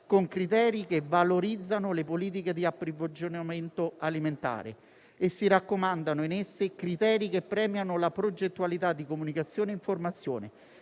con criteri che valorizzano le politiche di approvvigionamento alimentare e si raccomandano criteri che premiano la progettualità di comunicazione e informazione,